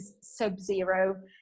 sub-zero